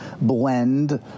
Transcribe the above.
blend